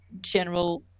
general